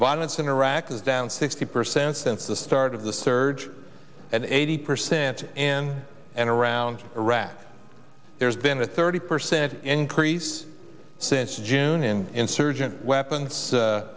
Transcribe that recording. violence in iraq is down sixty percent since the start of the surge and eighty percent in and around iraq there's been a thirty percent increase since june and insurgent weapons